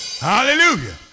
Hallelujah